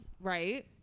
Right